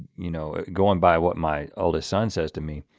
you know going by what my oldest son says to me.